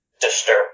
disturb